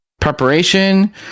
preparation